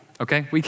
Okay